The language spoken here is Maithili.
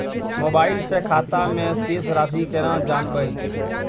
मोबाइल से खाता में शेस राशि केना जानबे?